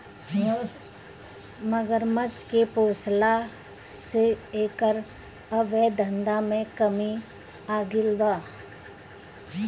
मगरमच्छ के पोसला से एकर अवैध धंधा में कमी आगईल बा